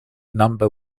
number